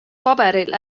paberil